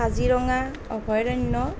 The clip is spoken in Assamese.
কাজিৰঙা অভয়াৰণ্য়